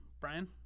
brian